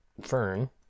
Fern